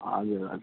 हजुर हजुर